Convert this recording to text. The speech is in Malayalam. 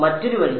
മറ്റൊരു വഴി